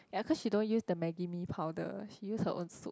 ya cause she don't use the Maggi Mee powder she use her own soup